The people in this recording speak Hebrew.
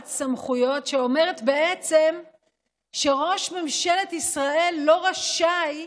סמכויות שאומרת בעצם שראש ממשלת ישראל לא רשאי,